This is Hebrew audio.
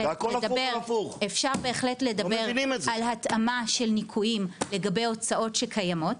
אפשר בהחלט לדבר על התאמה של ניכויים לגבי הוצאות שקיימות,